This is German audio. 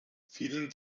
vielen